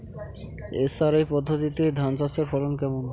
SRI পদ্ধতিতে ধান চাষের ফলন কেমন?